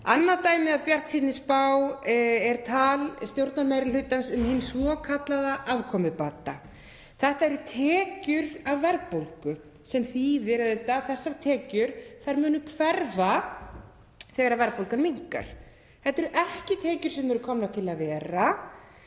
Annað dæmi af bjartsýnni spá er tal stjórnarmeirihlutans um hinn svokallaða afkomubata. Þetta eru tekjur af verðbólgu sem þýðir að þessar tekjur munu hverfa þegar verðbólgan minnkar. Þetta eru ekki tekjur sem eru komnar til að vera.